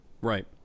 Right